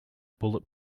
bullet